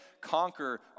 conquer